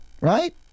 right